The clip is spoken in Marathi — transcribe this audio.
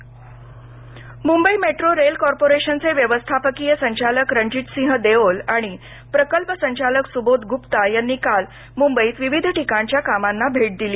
देओल मुंबई मेट्रो रेल कॉर्पोरेशनचे व्यवस्थापकीय संचालक रणजित सिंह देओल आणि प्रकल्प संचालक सुबोध गुप्ता यांनी काल विविध ठीकणच्या कामांना भेट दिली